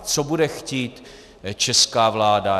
Co bude chtít česká vláda?